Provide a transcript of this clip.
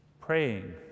praying